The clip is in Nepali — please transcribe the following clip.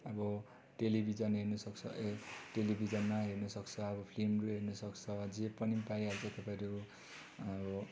अब टेलिभिजन हेर्नुसक्छ ए टेलिभिजनमा हेर्नुसक्छ अब फिल्महरू हेर्नुसक्छ जे पनि पाइहाल्छ तपाईँहरू अब